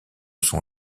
son